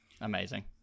Amazing